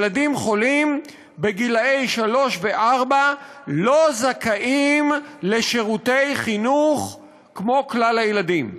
ילדים חולים גילאי שלוש וארבע לא זכאים לשירותי חינוך כמו כלל הילדים.